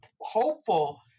hopeful